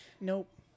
Nope